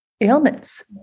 ailments